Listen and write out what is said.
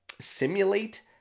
simulate